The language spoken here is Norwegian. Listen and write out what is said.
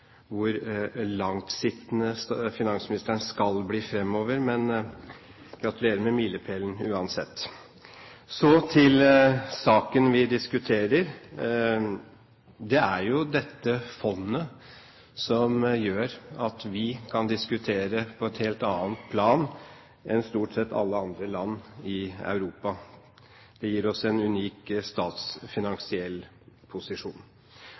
finansministeren skal bli sittende fremover. Men gratulerer med milepælen, uansett. Så til saken vi diskuterer. Det er jo dette fondet som gjør at vi kan diskutere på et helt annet plan enn stort sett alle andre land i Europa. Det gir oss en unik statsfinansiell posisjon.